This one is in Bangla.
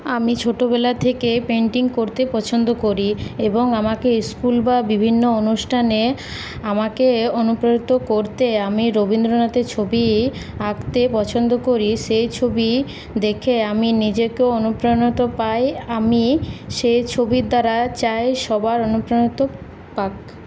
আমি ছোটোবেলা থেকে পেন্টিং করতে পছন্দ করি এবং আমাকে স্কুল বা বিভিন্ন অনুষ্ঠানে আমাকে অনুপ্রাণিত করতে আমি রবীন্দ্রনাথের ছবি আঁকতে পছন্দ করি সেই ছবি দেখে আমি নিজেকেও অনুপ্রাণত পাই আমি সেই ছবির দ্বারা চাই সবার অনুপ্রাণিত পাক